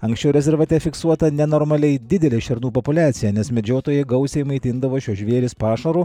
anksčiau rezervate fiksuota nenormaliai didelė šernų populiacija nes medžiotojai gausiai maitindavo šiuos žvėris pašaru